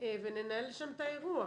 ולנהל שם את האירוע.